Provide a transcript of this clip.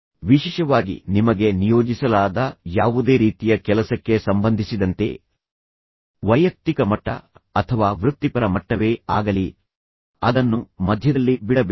ವಿಶೇಷವಾಗಿ ನಿಮಗೆ ನಿಯೋಜಿಸಲಾದ ಯಾವುದೇ ರೀತಿಯ ಕೆಲಸಕ್ಕೆ ಸಂಬಂಧಿಸಿದಂತೆ ವೈಯಕ್ತಿಕ ಮಟ್ಟ ಅಥವಾ ವೃತ್ತಿಪರ ಮಟ್ಟವೇ ಆಗಲಿ ಅದನ್ನು ಮಧ್ಯದಲ್ಲಿ ಬಿಡಬೇಡಿ